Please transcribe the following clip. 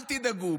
אל תדאגו.